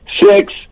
six